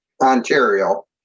Ontario